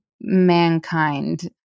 mankind